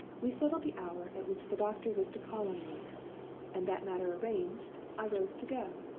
we settled the hour at which the doctor was to call on me and, that matter arranged, i rose to go,